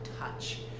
touch